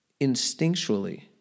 Instinctually